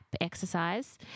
exercise